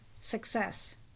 success